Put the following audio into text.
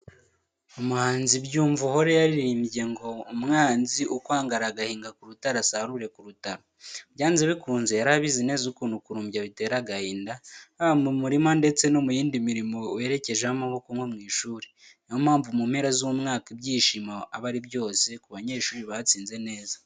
Umuhanzi Byumvuhore yararirimbye ngo: ''Umwanzi ukwanga aragahinga ku rutare asarure ku rutaro." Byanze bikunze yari abizi neza ukuntu kurumbya bitera agahinda, haba mu murima ndetse no mu yindi mirimo werekejeho amaboko nko mu ishuri, ni yo mpamvu mu mpera z'umwaka ibyishimo aba ari byose ku banyeshuri batsinze neza.